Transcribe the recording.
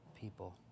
people